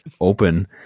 open